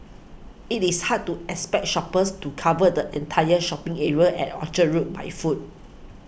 it is hard to expect shoppers to cover the entire shopping area at Orchard Road by foot